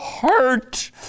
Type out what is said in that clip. hurt